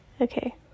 Okay